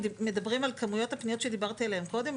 אם מדברים על כמויות הפניות שדיברתי עליהן קודם,